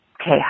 Okay